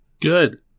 Good